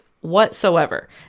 whatsoever